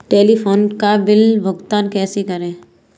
Telephone bill का भुगतान कैसे करें?